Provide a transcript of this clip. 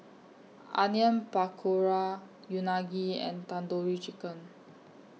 Onion Pakora Unagi and Tandoori Chicken